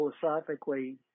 Philosophically